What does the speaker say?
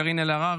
קארין אלהרר,